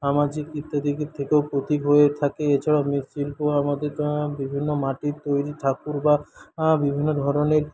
সামাজিক থেকেও হয়ে থাকে এছাড়াও মৃৎশিল্প আমাদের বিভিন্ন মাটির তৈরি ঠাকুর বা বিভিন্ন ধরনের